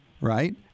right